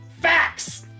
facts